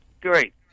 Great